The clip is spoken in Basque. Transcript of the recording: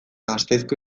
gasteizko